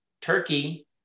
Turkey